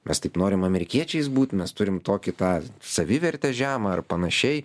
mes taip norim amerikiečiais būti mes turim tokį tą savivertę žemą ar panašiai